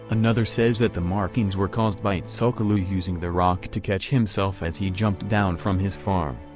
another says that the markings were caused by tsul'kalu' using the rock to catch himself as he jumped down from his farm,